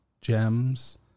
gems